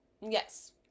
yes